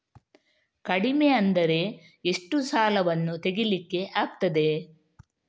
ಕಡಿಮೆ ಅಂದರೆ ಎಷ್ಟು ಸಾಲವನ್ನು ತೆಗಿಲಿಕ್ಕೆ ಆಗ್ತದೆ?